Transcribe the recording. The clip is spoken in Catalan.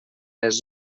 les